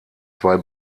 zwei